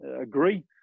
agree